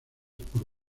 por